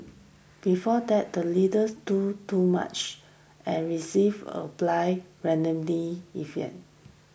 before that the leaders do too much and received or applied randomly